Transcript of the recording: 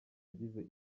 agize